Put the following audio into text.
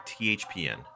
THPN